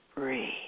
Breathe